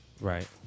Right